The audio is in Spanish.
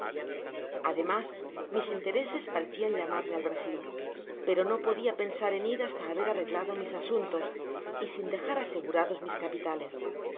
además mis intereses parecían llamarme al brasil pero no podia pensar en ir hasta haber ai reglado mis asuntos y sin dejar'asegurados mis capitales